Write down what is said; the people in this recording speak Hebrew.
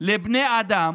לבני אדם